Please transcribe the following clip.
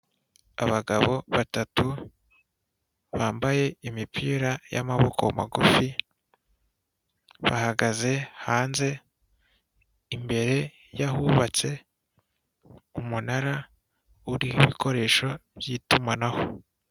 Abagabo batatu bambaye imipira y'amaboko magufi, bahagaze hanze imbere y'a ahubatse umunara uri ibikoresho by'itumanaho.